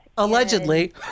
Allegedly